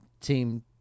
team